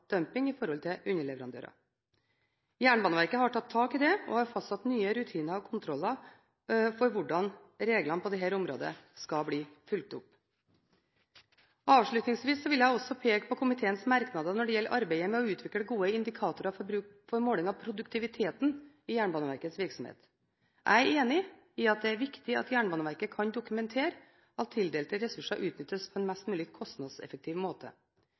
i forhold til underleverandører. Jernbaneverket har tatt tak i det og har fastsatt nye rutiner og kontroller for hvordan reglene på dette området skal bli fulgt opp. Avslutningsvis vil jeg også peke på komiteens merknader når det gjelder arbeidet med å utvikle gode indikatorer for bruk av måling av produktiviteten i Jernbaneverkets virksomhet. Jeg er enig i at det er viktig at Jernbaneverket kan dokumentere at tildelte ressurser utnyttes på en mest mulig kostnadseffektiv måte.